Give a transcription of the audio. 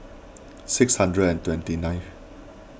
six hundred and twenty nine